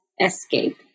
escape